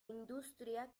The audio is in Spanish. industria